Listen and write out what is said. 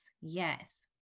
Yes